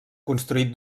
construït